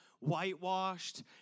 whitewashed